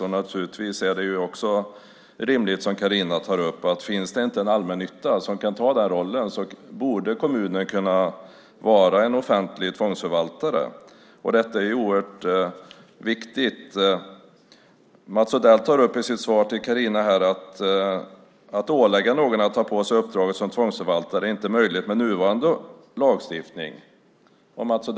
Som Carina säger är det naturligtvis också rimligt att om det inte finns en allmännytta som kan ta den rollen borde kommunen kunna vara en offentlig tvångsförvaltare. Detta är oerhört viktigt. Mats Odell säger i sitt svar till Carina att det med nuvarande lagstiftning inte är möjligt att ålägga någon att ta på sig uppdraget som tvångsförvaltare.